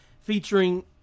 featuring